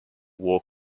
war